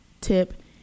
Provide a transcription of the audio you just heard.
tip